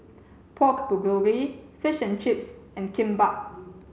Pork Bulgogi Fish and Chips and Kimbap